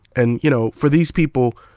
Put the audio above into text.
and you know for these people,